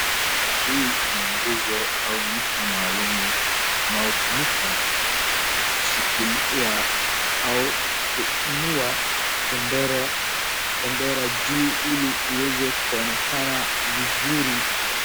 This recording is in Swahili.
Hii ni guzo au miti maalum unaotumika kushikilia au kuinua bendera juu ili iweze kuonekana vizuri.